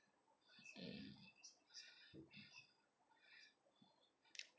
mm